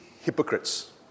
hypocrites